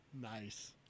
Nice